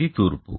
ఇది తూర్పు